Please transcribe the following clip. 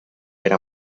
era